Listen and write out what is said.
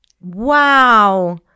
Wow